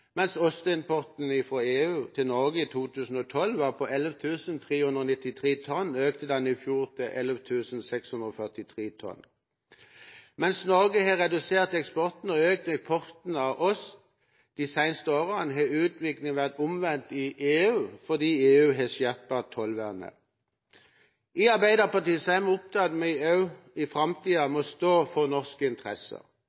Mens osteimporten fra EU til Norge i 2012 var på 11 393 tonn, økte den i fjor til 11 643 tonn. Mens Norge har redusert eksporten og økt importen av ost de siste årene, har utviklingen vært omvendt i EU, fordi EU har skjerpet tollvernet. I Arbeiderpartiet er vi opptatt av at vi også i